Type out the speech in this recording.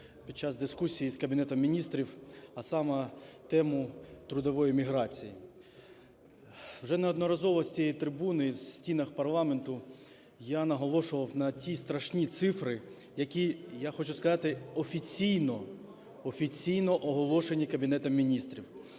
під час дискусії з Кабінетом Міністрів, а саме тему трудової міграції. Вже неодноразово з цієї трибуни і в стінах парламенту я наголошував на ті страшні цифри, які, я хочу сказати, офіційно – офіційно! – оголошені Кабінетом Міністрів.